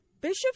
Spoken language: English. Bishop